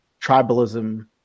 tribalism